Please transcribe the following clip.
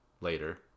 later